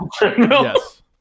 Yes